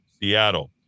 Seattle